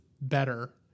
better